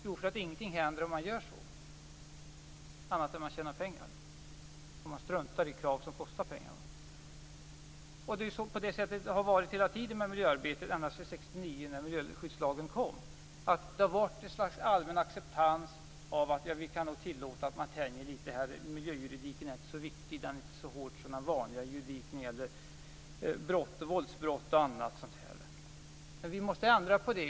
Jo, därför att ingenting händer om man gör så - annat än att man tjänar pengar om man struntar i krav som kostar pengar. På det här sättet har det varit med miljöarbetet hela tiden, ända sedan 1969 då miljöskyddslagen kom. Det har varit ett slags allmän acceptans för att man tänjer litet här och där. Miljöjuridiken har inte varit så viktig, inte så hård som den vanliga juridiken när det gäller våldsbrott och sådant. Vi måste ändra på det!